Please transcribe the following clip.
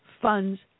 funds